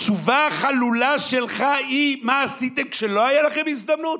התשובה החלולה שלך היא: מה עשיתם כשלא הייתה לכם הזדמנות?